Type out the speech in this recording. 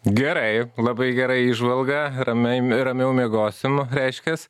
gerai labai gera įžvalga ramiai ramiau miegosim reiškias